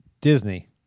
Disney